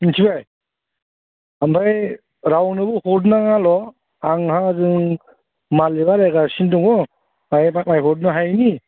मिनथिबाय ओमफ्राय रावनोबो हरनाङाल' आंहा मालिगा रायहरगासिनो दङ माइ हरनो हायिनि